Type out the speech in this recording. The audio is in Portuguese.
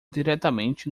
diretamente